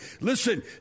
Listen